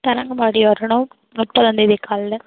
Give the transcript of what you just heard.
தரங்கம்பாடி வரணும் முப்பதாந்தேதி காலைல